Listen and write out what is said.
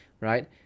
right